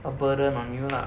a burden you lah